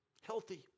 healthy